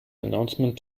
announcement